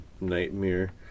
nightmare